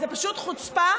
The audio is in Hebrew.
זו פשוט חוצפה.